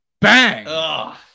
Bang